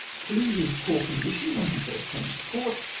two. his poor condition when he first came to court.